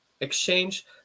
exchange